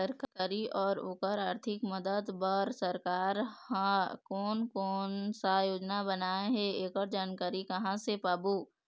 सरकारी अउ ओकर आरथिक मदद बार सरकार हा कोन कौन सा योजना बनाए हे ऐकर जानकारी कहां से पाबो?